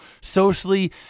socially